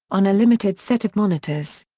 on a limited set of monitors.